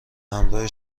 همراه